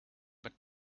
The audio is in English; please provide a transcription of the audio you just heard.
but